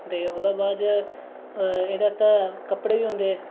ते ओह्दे बाद एह्दे आस्तै कपड़े बी औंदे